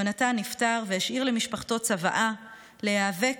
יהונתן נפטר והשאיר למשפחתו צוואה להיאבק